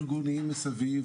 יש מספיק ארגונים מסביב,